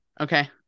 Okay